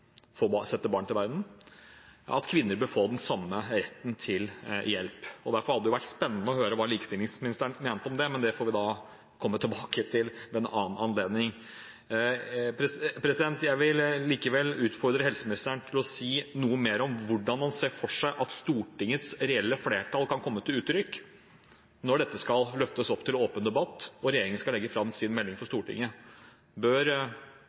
barn til verden, og at kvinner bør få den samme retten til hjelp. Derfor hadde det vært spennende å høre hva likestillingsministeren mente om det, men det får vi komme tilbake til ved en annen anledning. Jeg vil likevel utfordre helseministeren til å si noe mer om hvordan han ser for seg at Stortingets reelle flertall kan komme til uttrykk når dette skal løftes opp til åpen debatt, og regjeringen skal legge fram sin melding for Stortinget. Bør